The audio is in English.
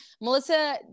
Melissa